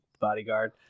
Bodyguard